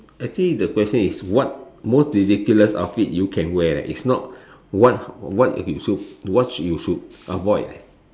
actually the question is what most ridiculous outfit you can wear lah is not what what you should what you should avoid